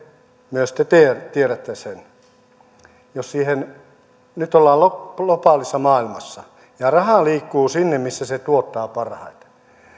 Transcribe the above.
myös te te tiedätte sen että nyt kun ollaan globaalissa maailmassa ja raha liikkuu sinne missä se tuottaa parhaiten